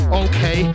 okay